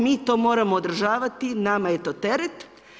Mi to moramo održavati, nama je to teret.